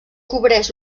cobreix